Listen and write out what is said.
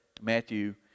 Matthew